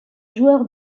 joueur